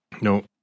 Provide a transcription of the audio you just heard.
No